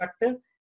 effective